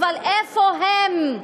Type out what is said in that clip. אבל איפה הם?